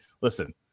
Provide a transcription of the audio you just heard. listen